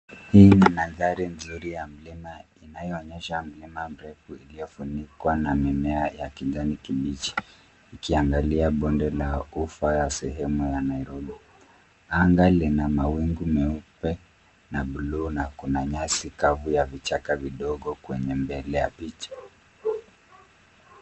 Hii ni mandhari nzuri ya mlima inayoonyesha mlima mrefu iliyofunikuwa na mimea ya kijani kibichi ikiangalia bonde la ufa ya sehemu ya Nairobi. Anga lina mawingu meupe na buluu na kuna nyasi kavu ya vichaka vidogo kwenye mbele ya picha.